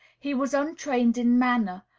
he was untrained in manner,